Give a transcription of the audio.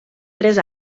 tres